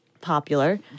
popular